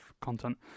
content